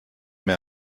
mir